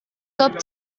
top